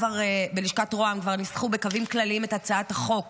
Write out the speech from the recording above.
בלשכת רה"מ כבר ניסחו בקווים כלליים את הצעת החוק